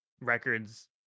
records